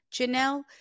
Janelle